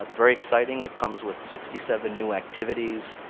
ah very exciting, it comes with sixty seven new activities,